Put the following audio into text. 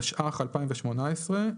התשע"ח-2018 ,